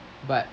but